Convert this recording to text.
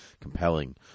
compelling